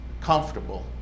comfortable